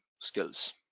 skills